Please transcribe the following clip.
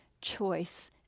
choice